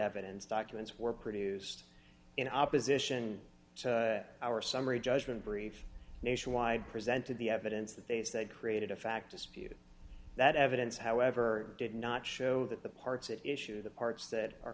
evidence documents were produced in opposition to our summary judgment brief nationwide presented the evidence that they said created a fact disputed that evidence however did not show that the parts at issue the parts that